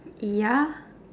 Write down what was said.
ya